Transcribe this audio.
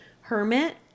hermit